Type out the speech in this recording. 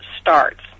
starts